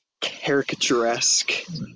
caricaturesque